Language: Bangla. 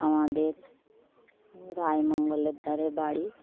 আমাদের রায়মঙ্গলের ধারে বাড়ি